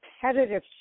competitive